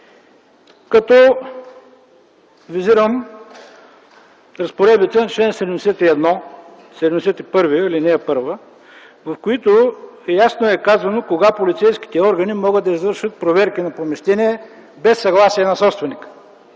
като визирам разпоредбите на чл. 71, ал. 1, в които ясно е казано кога полицейските органи могат да извършват проверки на помещение без съгласие на собственика.